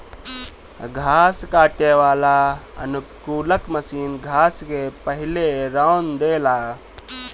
घास काटे वाला अनुकूलक मशीन घास के पहिले रौंद देला